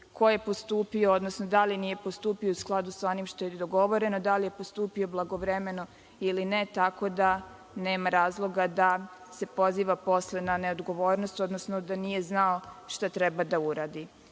ko je postupio, odnosno da li nije postupio u skladu sa onim što je dogovoreno, da li je postupio blagovremeno ili ne, tako da nema razloga da se poziva posle na neodgovornost, odnosno da nije znao šta treba da uradi. Ja